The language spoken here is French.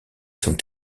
sont